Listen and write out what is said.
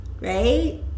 right